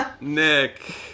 Nick